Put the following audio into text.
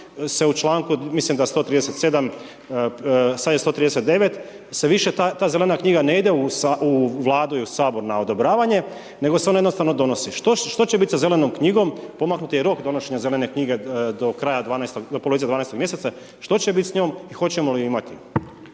se u članku, mislim da 137., sad je 139., se više ta Zelena knjige ne ide u Vladu i u Sabor na odobravanje, nego se ona jednostavno donosi. Što će biti sa Zelenom knjigom? Pomaknut je rok donošenja Zelene knjige do kraja 12.-og, do polovice 12.-og mjeseca, što će biti s njom i hoćemo li ju imati?